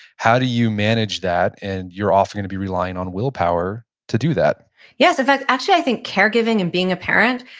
how do you manage that and you're often going to be relying on willpower to do that yes. in fact, actually i think caregiving and being a parent.